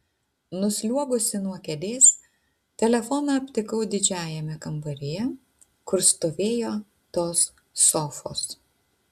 nusliuogusi nuo kėdės telefoną aptikau didžiajame kambaryje kur stovėjo tos sofos